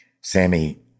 Sammy